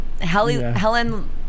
Helen